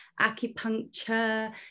acupuncture